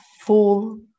full